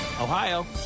Ohio